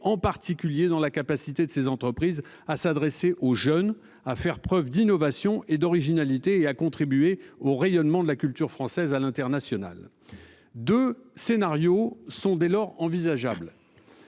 en particulier dans la capacité de ces entreprises à s'adresser aux jeunes à faire preuve d'innovation et d'originalité et à contribuer au rayonnement de la culture française à l'international. 2 scénarios sont dès lors envisageables.